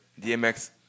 DMX